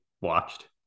watched